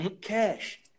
Cash